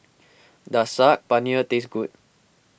does Saag Paneer taste good